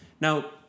Now